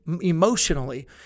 emotionally